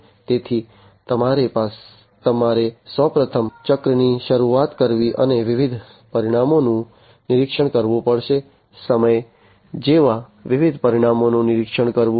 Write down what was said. તેથી તમારે સૌ પ્રથમ ચક્રની શરૂઆત કરવી અને વિવિધ પરિમાણોનું નિરીક્ષણ કરવું પડશે સમય જેવા વિવિધ પરિમાણોનું નિરીક્ષણ કરવું